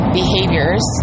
behaviors